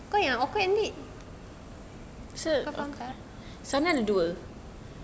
kau yang awkward nanti kau faham tak